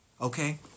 Okay